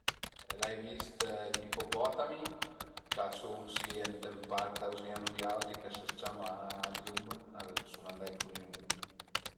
L'ai vist gl'ippopotami ch'a sun si ënt ën parch dauzin a nui autri ch'a së ciama Zoom, suma andait cun i nëvud